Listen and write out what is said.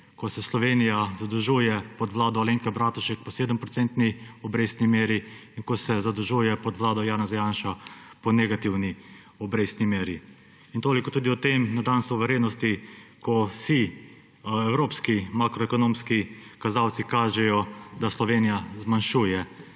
ko se Slovenija zadolžuje pod vlado Alenke Bratušek po 7-procentni obrestni meri in ko se zadolžuje pod vlado Janeza Janša po negativni obrestni meri. In toliko tudi o tem na dan suverenosti, ko vsi evropski makroekonomski kazalci kažejo, da Slovenija zmanjšuje